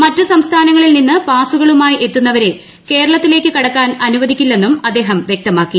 മറ്റു സംസ്ഥാനങ്ങളിൽ നിന്ന് പാസുകളുമായി എത്തുന്നവരെ കേരളത്തിലേക്ക് കടക്കാൻ അനുവദിക്കില്ലെന്നും അദ്ദേഹം വ്യക്തമാക്കി